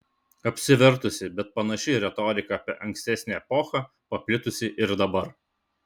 apsivertusi bet panaši retorika apie ankstesnę epochą paplitusi ir dabar